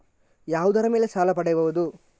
ಯಾವುದರ ಮೇಲೆ ಸಾಲ ಪಡೆಯಬಹುದು?